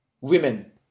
women